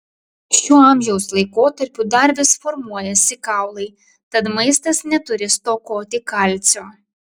šiuo amžiaus laikotarpiu dar vis formuojasi kaulai tad maistas neturi stokoti kalcio